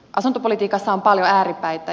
asuntopolitiikassa on paljon ääripäitä